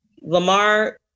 Lamar